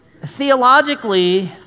theologically